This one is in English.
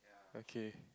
okay